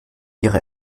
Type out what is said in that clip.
ihre